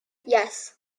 yes